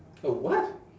a what